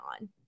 on